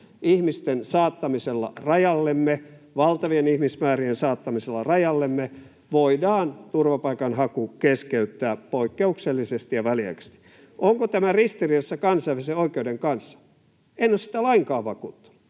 ihmisten saattamisella rajallemme, valtavien ihmismäärien saattamisella rajallemme, voidaan turvapaikanhaku keskeyttää poikkeuksellisesti ja väliaikaisesti. Onko tämä ristiriidassa kansainvälisen oikeuden kanssa? En ole siitä lainkaan vakuuttunut.